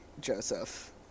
Joseph